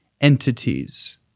entities